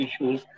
issues